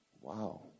wow